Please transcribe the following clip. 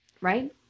right